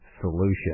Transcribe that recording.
Solution